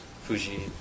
Fuji